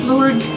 Lord